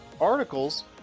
articles